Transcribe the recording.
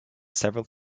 several